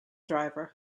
driver